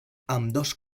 ambdós